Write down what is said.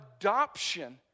adoption